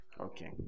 Okay